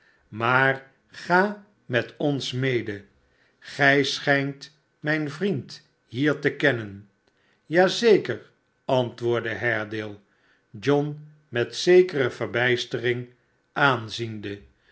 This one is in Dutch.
maar ga met ons mede gij schijnt mijn vriend hier te kennen aja zeker antwoordde haredale john met zekere verbijstering aanziende